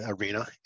arena